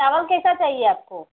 चावल कैसा चाहिए आपको